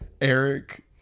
Eric